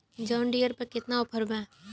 John Deere पर केतना offer बा?